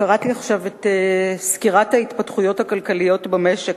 קראתי עכשיו את סקירת ההתפתחויות הכלכליות במשק,